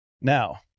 Now